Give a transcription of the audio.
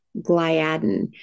gliadin